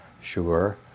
Sure